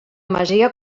masia